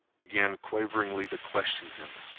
began quaveringly to question him.